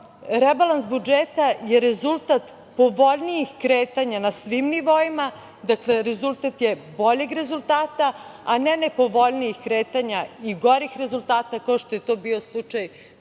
rebalans budžeta je rezultat povoljnijih kretanja na svim nivoima, rezultat je boljeg rezultata, a ne nepovoljnijih kretanja i gorih rezultata, kao što je to bio slučaj do 2012.